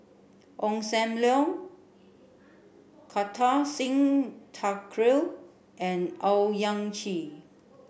Ong Sam Leong Kartar Singh Thakral and Owyang Chi